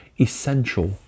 essential